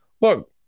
look